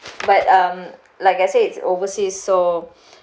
but um like I say it's overseas so